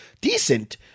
decent